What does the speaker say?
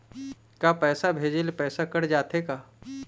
का पैसा भेजे ले पैसा कट जाथे का?